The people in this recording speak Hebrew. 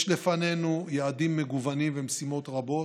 יש לפנינו יעדים מגוונים ומשימות רבות,